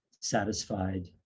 satisfied